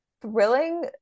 thrilling